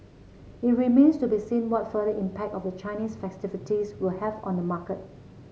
it remains to be seen what further impact of the Chinese festivities will have on the market